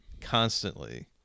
constantly